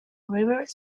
river